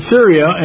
Syria